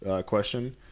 question